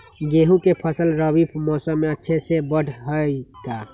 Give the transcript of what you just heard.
गेंहू के फ़सल रबी मौसम में अच्छे से बढ़ हई का?